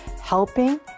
helping